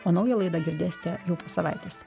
o naują laidą girdėsite jau po savaitės